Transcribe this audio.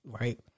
right